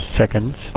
seconds